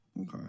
Okay